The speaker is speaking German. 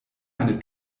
eine